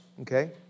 okay